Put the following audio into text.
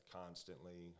constantly